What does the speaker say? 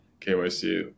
KYC